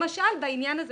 למשל, בעניין הזה